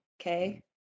okay